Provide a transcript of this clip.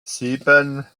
sieben